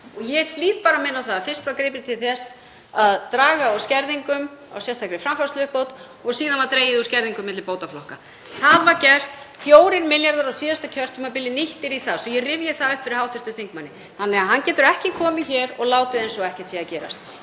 Ég hlýt bara að minna á að fyrst var gripið til þess að draga úr skerðingum á sérstakri framfærsluuppbót og síðan var dregið úr skerðingum milli bótaflokka. Það var gert. 4 milljarðar á síðasta kjörtímabili voru nýttir í það, svo að ég rifji það upp fyrir hv. þingmanni. Hann getur því ekki komið hér og látið eins og ekkert sé að gerast.